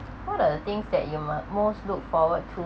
what are the things that you mo~ most look forward to